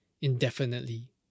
indefinitely